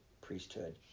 priesthood